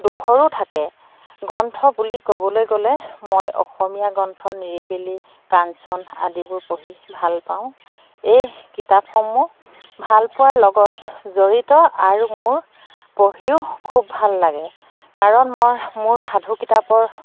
দুখৰো থাকে গ্ৰন্থ বুলি ক'বলৈ গ'লে মই অসমীয়া গ্ৰন্থ নিৰিবিলি কাঞ্চন আদিবোৰ পঢ়ি ভাল পাওঁ এই কিতাপসমূহ ভাল পোৱাৰ লগত জড়িত আৰু মোৰ পঢ়িও খুব ভাল লাগে কাৰণ মই মোৰ সাধু কিতাপৰ